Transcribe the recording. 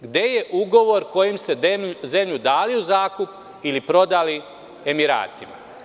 Gde je ugovor kojim ste zemlju dali u zakup ili prodali Emiratima?